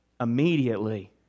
Immediately